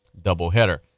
doubleheader